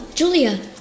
Julia